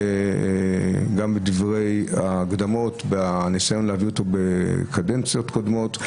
גם בהקדמות ובניסיונות להביא אותו בקדנציות קודמות,